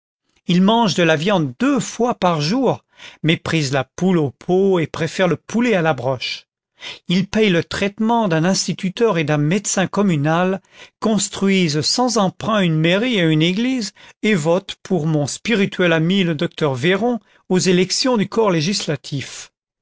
ils mangent de la viande deux fois par jour méprisent la poule au pot et préfèrent le poulet à la broche ils payent le traitement d'un instituteur et d'un médecin communal construisent sans emprunt une mairie et une église et votent pour mon spirituel ami le docteur véron aux élections du corps législatif